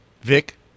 Vic